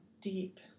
deep